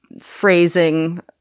phrasing